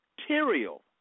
material